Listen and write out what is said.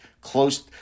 close